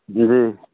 जी